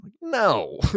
No